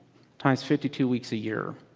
times fifty two weeks a year.